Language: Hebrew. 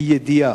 בידיעה.